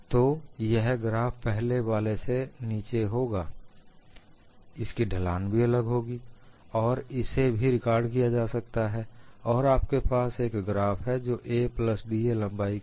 तो यह ग्राफ पहले वाले से नीचे होगा इसकी ढलान भी अलग होगी और इसे भी रिकॉर्ड किया जा सकता है और आपके पास एक ग्राफ है जो 'a प्लस da' लंबाई का है